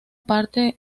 parte